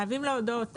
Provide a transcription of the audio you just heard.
חייבים להודות,